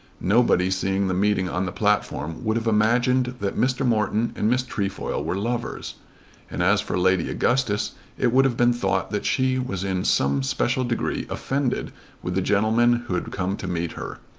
nobody seeing the meeting on the platform would have imagined that mr. morton and miss trefoil were lovers and as for lady augustus it would have been thought that she was in some special degree offended with the gentleman who had come to meet her.